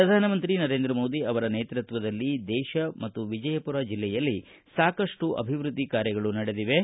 ಪ್ರಧಾನಮಂತ್ರಿ ನರೇಂದ್ರ ಮೋದಿ ಅವರ ನೇತೃತ್ವದಲ್ಲಿ ದೇಶ ಮತ್ತು ವಿಜಯಪುರ ಜಿಲ್ಲೆಯಲ್ಲಿ ಸಾಕಷ್ಟು ಅಭಿವೃದ್ದಿ ಕಾರ್ಯಗಳು ನಡೆದಿವೆ